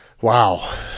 Wow